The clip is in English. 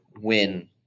win –